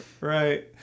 right